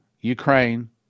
Ukraine